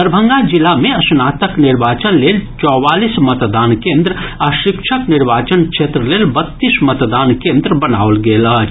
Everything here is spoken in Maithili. दरभंगा जिला मे स्नातक निर्वाचन लेल चौवालीस मतदान केन्द्र आ शिक्षक निर्वाचन क्षेत्र लेल बत्तीस मतदान केन्द्र बनाओल गेल अछि